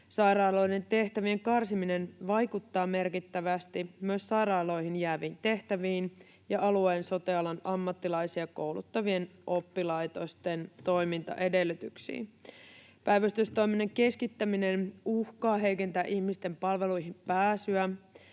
Sairaaloiden tehtävien karsiminen vaikuttaa merkittävästi myös sairaaloihin jääviin tehtäviin ja alueen sote-alan ammattilaisia kouluttavien oppilaitosten toimintaedellytyksiin. Päivystystoiminnan keskittäminen uhkaa heikentää ihmisten palveluihin pääsyä,